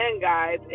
guys